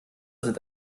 sind